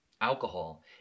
alcohol